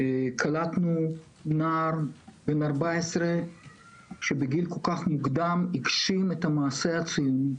קלטנו נער בן 14 שבגיל כל כך מוקדם הגשים את המעשה הציוני.